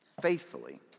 faithfully